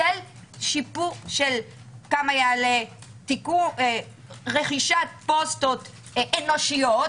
כמה תעלה רכישת פוסטות אנושיות,